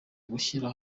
gushyira